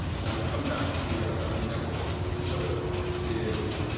and i'm going to come back to the network to show it is,